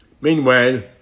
Meanwhile